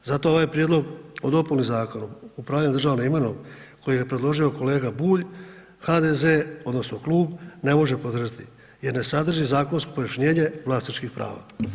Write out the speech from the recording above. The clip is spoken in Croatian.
Zato ovaj Prijedlog o dopuni Zakonom o upravljanju državnom imovinom koju je predložio kolega Bulj, HDZ odnosno klub ne može podržati jer ne sadrži zakonsko pojašnjenje vlasničkih prava.